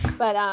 but,